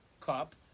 cup